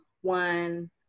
one